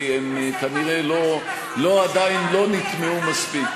כי הם כנראה עדיין לא נטמעו מספיק.